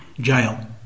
jail